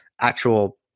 actual